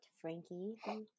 Frankie